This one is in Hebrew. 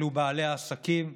אלו בעלי העסקים,